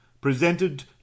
presented